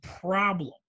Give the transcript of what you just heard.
problem